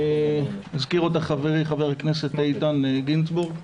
הזכיר אותה חברי חבר הכנסת איתן גינזבורג,